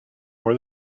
more